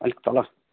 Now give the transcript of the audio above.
अलिक तल